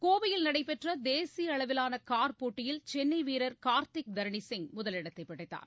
கோவையில் நடைபெற்ற தேசிய அளவிவான கார் போட்டியில் சென்னை வீரர் கார்த்திக் தரனீசிங் முதலிடத்தை பிடித்தார்